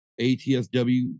ATSW